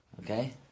Okay